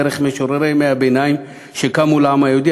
דרך משוררי ימי-הביניים שקמו לעם היהודי,